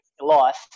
life